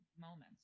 moments